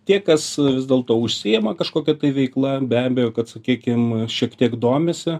tie kas vis dėlto užsiima kažkokia veikla be abejo kad sakykim šiek tiek domisi